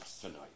tonight